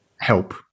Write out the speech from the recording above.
help